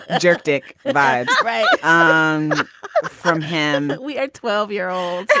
ah jerk dick vibe and um from him. we had twelve year olds.